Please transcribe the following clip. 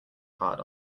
hard